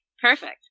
Perfect